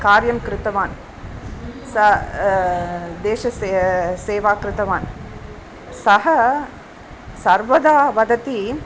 कार्यं कृतवान् सः देशस्य सेवा कृतवान् सः सर्वदा वदति